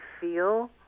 feel